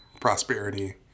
prosperity